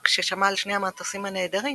רק כששמע על שני המטוסים הנעדרים,